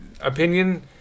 opinion